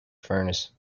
furnace